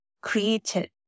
created